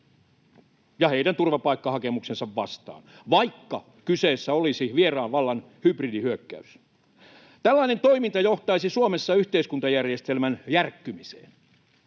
ja heidän turvapaikkahakemuksensa vastaan, vaikka kyseessä olisi vieraan vallan hybridihyökkäys. Tällainen toiminta johtaisi Suomessa yhteiskuntajärjestelmän järkkymiseen.